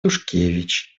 тушкевич